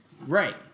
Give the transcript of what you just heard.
Right